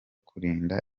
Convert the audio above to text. kurinda